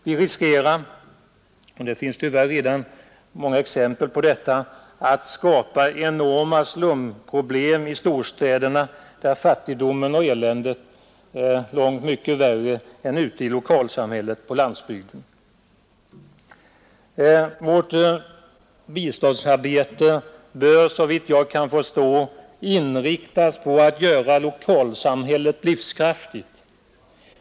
Vi riskerar — det finns tyvärr redan många exempel på detta — att skapa enorma slumproblem i storstäderna, där fattigdomen och eländet är långt värre än ute i lokalsamhället på Vårt biståndsarbete bör, såvitt jag kan förstå, inriktas på att göra lokalsamhället livskraftigt.